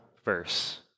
verse